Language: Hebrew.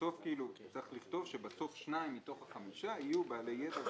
צריך לכתוב שבסוף שניים מתוך החמישה יהיו בעלי ידע,